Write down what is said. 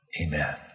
amen